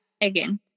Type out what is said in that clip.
again